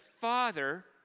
father